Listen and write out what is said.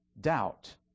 doubt